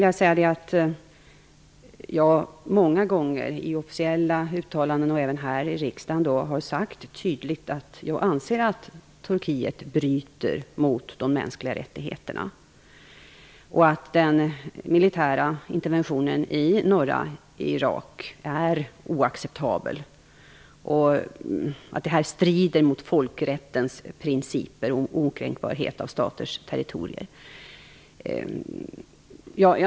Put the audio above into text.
Jag har många gånger, i officiella uttalanden och även här i riksdagen, tydligt sagt att jag anser att Turkiet bryter mot de mänskliga rättigheterna och att den militära interventionen i norra Irak är oacceptabel. Detta strider mot folkrättens principer om okränkbarhet av staters territorier.